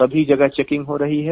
सभी जगह चेकिंग हो रही है